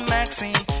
Maxine